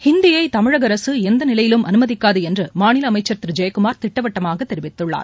ஹிந்தியைதமிழகஅரசுஎந்தநிலையிலும் அனுமதிக்காதுஎன்றுமாநிலஅமைச்சா் திருஜெயக்குமார் திட்டவட்டமாகதெரிவித்துள்ளார்